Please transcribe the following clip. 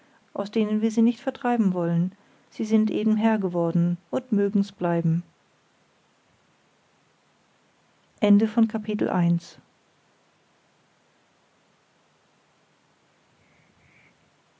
aus denen wir sie nicht vertreiben wollen sie sind eben herr geworden und mögens bleiben